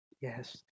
Yes